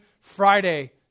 Friday